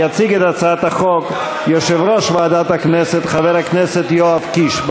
יציג את הצעת החוק יושב-ראש ועדת הכנסת חבר הכנסת יואב קיש.